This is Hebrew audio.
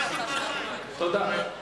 תודה.